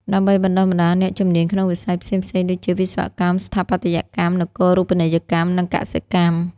ដើម្បីបណ្តុះបណ្តាលអ្នកជំនាញក្នុងវិស័យផ្សេងៗដូចជា វិស្វកម្ម ស្ថាបត្យកម្ម នគរូបនីយកម្ម និងកសិកម្ម។